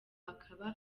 akaba